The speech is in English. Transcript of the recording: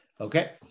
Okay